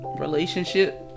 relationship